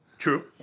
True